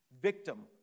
victim